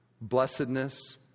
blessedness